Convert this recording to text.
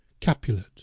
capulet